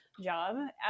job